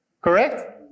correct